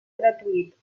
gratuït